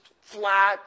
flat